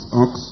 ox